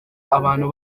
abantu